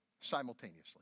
simultaneously